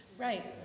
Right